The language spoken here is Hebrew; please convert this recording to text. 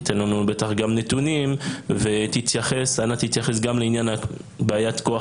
תיתן לנו בטח גם נתונים ואנא תתייחס גם לעניין בעיית כוח